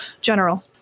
general